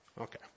okay